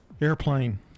Airplane